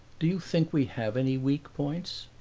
do you think we have any weak points?